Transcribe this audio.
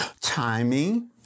timing